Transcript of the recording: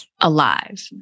alive